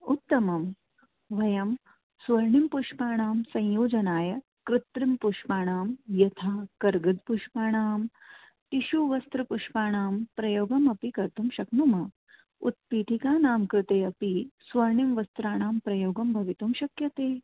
उत्तमं वयं स्वर्णिमपुष्पाणां संयोजनाय कृत्रिमपुष्पाणां यथा कर्गदपुष्पाणां टीषुवस्त्रपुष्पाणां प्रयोगम् अपि कर्तुं शक्नुमः उत्पीठिकानां कृते अपि स्वर्णिम वस्त्राणां प्रयोगं भवितुं शक्यते